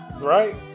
right